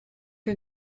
que